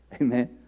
Amen